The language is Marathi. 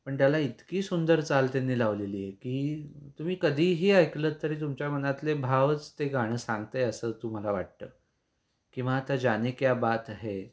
पण त्याला इतकी सुंदर चाल त्यांनी लावलेली आहे की तुम्ही कधीही ऐकलंत तरी तुमच्या मनातले भावच ते गाणं सांगतं आहे असं तुम्हाला वाटतं की मग आता जाने क्या बात है